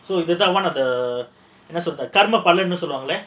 so you are one of the most of the cardboard கர்ம பலன்னு சொல்வாங்கல:karma palanu solvaangala